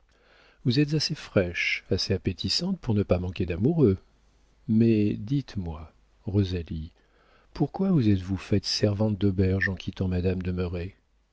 vous êtes assez fraîche assez appétissante pour ne pas manquer d'amoureux mais dites-moi rosalie pourquoi vous êtes-vous faite servante d'auberge en quittant madame